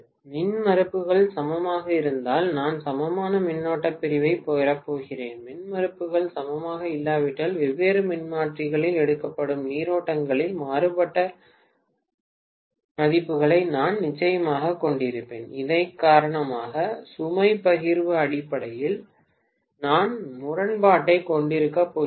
மின்மறுப்புகள் சமமாக இருந்தால் நான் சமமான மின்னோட்டப் பிரிவைப் பெறப்போகிறேன் மின்மறுப்புகள் சமமாக இல்லாவிட்டால் வெவ்வேறு மின்மாற்றிகளால் எடுக்கப்படும் நீரோட்டங்களின் மாறுபட்ட மதிப்புகளை நான் நிச்சயமாகக் கொண்டிருப்பேன் இதன் காரணமாக சுமை பகிர்வு அடிப்படையில் நான் முரண்பாட்டைக் கொண்டிருக்கப் போகிறேன்